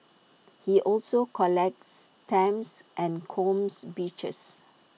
he also collects stamps and combs beaches